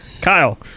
Kyle